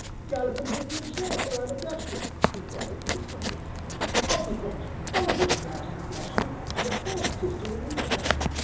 galloping dick himself, or i'm a dutchman! he cried for the twentieth time up he comes, bold as brass, bless you, and a horse-pistol in each hand.